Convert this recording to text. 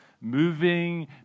moving